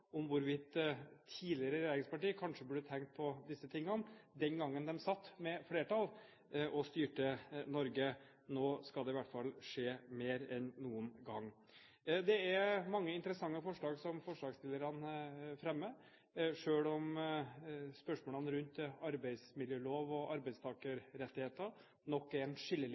om hvorvidt tidligere regjeringspartier kanskje burde tenkt på disse tingene den gangen de satt med flertall og styrte Norge. Nå skal det i hvert fall skje mer enn noen gang. Det er mange interessante forslag forslagsstillerne fremmer. Selv om spørsmålene rundt arbeidsmiljølov og arbeidstakerrettigheter nok er en